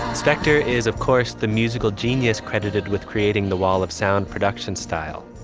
spector is, of course, the musical genius credited with creating the wall of sound production style,